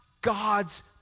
God's